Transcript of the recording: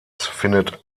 findet